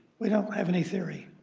we don't have any theory.